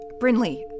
Brinley